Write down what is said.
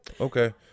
okay